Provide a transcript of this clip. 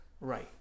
Right